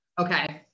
Okay